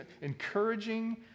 encouraging